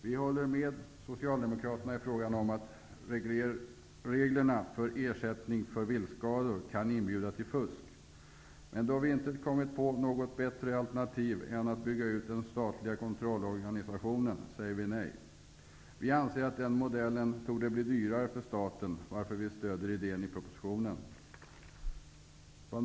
Vi håller med Socialdemokraterna om att reglerna för ersättning för viltskador kan inbjuda till fusk. Men då vi inte har kommit fram till något bättre alternativ än att bygga ut den statliga kontrollorganisationen, säger vi nej. Vi anser att den modellen torde bli dyrare för staten, varför vi stödjer idén i propositionen.